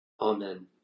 Amen